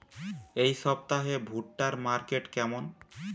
এই সপ্তাহে ভুট্টার মার্কেট কেমন?